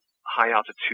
high-altitude